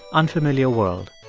unfamiliar world.